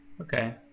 Okay